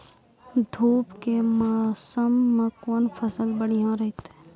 धूप के मौसम मे कौन फसल बढ़िया रहतै हैं?